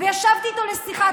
וישבתי איתו לשיחה.